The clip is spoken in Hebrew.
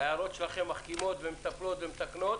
ההערות שלכם מחכימות, מטפלות ומתקנות,